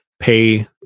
pay